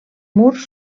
murs